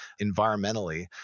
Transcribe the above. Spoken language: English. environmentally